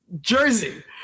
jersey